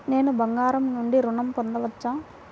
నేను బంగారం నుండి ఋణం పొందవచ్చా?